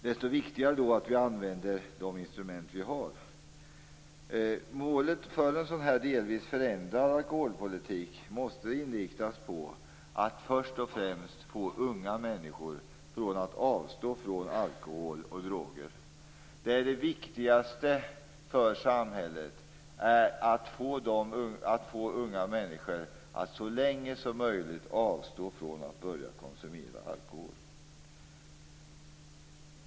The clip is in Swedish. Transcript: Desto viktigare är det att vi använder de instrument vi har. Målet för en sådan delvis förändrad alkoholpolitik måste först och främst vara att få unga människor att avstå från alkohol och droger. Det viktigaste för samhället är att få unga människor att så länge som möjligt avstå från att konsumera alkohol.